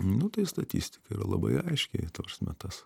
nu tai statistika yra labai aiški ta prasme tas